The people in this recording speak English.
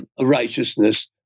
righteousness